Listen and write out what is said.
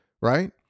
right